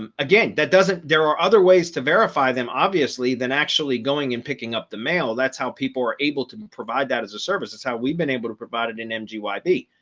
um again, that doesn't, there are other ways to verify them, obviously, than actually going and picking up the mail. that's how people are able to provide that as a service. that's how we've been able to provide it an empty wi fi.